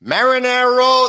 Marinero